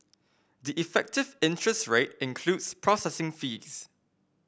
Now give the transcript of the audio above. the effective interest rate includes processing fees